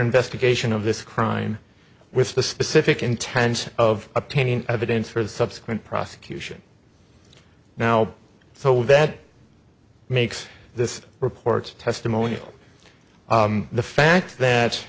investigation of this crime with the specific intention of obtaining evidence for the subsequent prosecution now so that makes this report testimonial the fact that